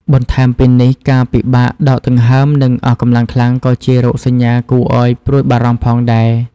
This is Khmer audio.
បន្ថែមពីនេះ ការពិបាកដកដង្ហើម និង អស់កម្លាំងខ្លាំង ក៏ជារោគសញ្ញាគួរឱ្យព្រួយបារម្ភផងដែរ។